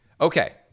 Okay